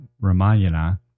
Ramayana